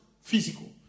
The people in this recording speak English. physical